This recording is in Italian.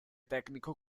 tecnico